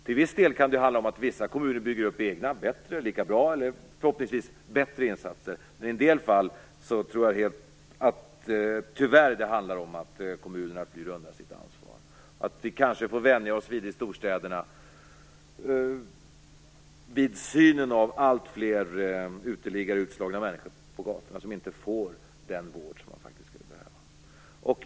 Till viss del har vissa kommuner byggt upp egna och förhoppningsvis bättre insatser, men i en del fall handlar det tyvärr om att kommunerna flyr undan sitt ansvar. I storstäderna får man kanske vänja sig vid synen av allt fler uteliggare och utslagna människor på gatorna som inte får den vård som de skulle behöva.